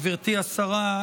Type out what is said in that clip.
גברתי השרה,